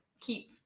keep